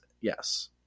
yes